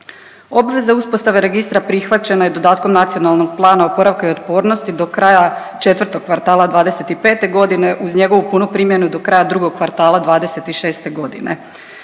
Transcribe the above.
Obveze uspostave registra prihvaćena je dodatkom NPOO-a do kraja četvrtog kvartala '25.g. uz njegovu punu primjenu do kraja drugog kvartala '26.g..